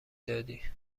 دادی